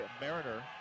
Mariner